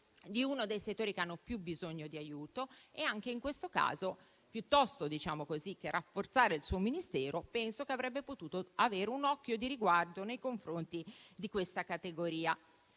di uno dei settori più fragili, che hanno più bisogno di aiuto e anche in questo caso, piuttosto che rafforzare il suo Ministero, penso che avrebbe potuto avere un occhio di riguardo nei confronti di questa categoria.